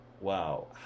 wow